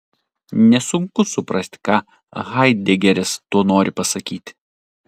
nesunku suprasti ką haidegeris tuo nori pasakyti